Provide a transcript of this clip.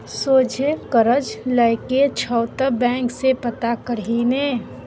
सोझे करज लए के छौ त बैंक सँ पता करही ने